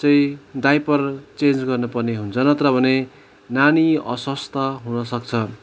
चाहिँ diaper change गर्नुपर्ने हुन्छ नत्र भने नानी अस्वस्थ हुनसक्छ